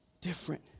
different